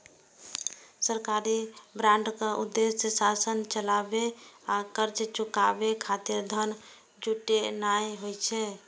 सरकारी बांडक उद्देश्य शासन चलाबै आ कर्ज चुकाबै खातिर धन जुटेनाय होइ छै